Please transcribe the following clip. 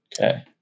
Okay